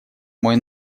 мой